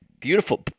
Beautiful